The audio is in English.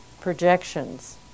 projections